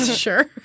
Sure